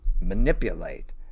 manipulate